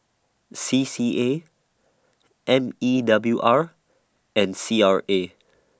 C C A M E W R and C R A